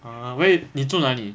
ah where 你住哪里